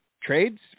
Trades